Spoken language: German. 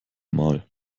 mal